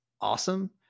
awesome